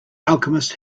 alchemist